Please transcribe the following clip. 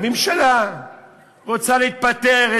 הממשלה רוצה להיפטר,